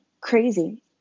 crazy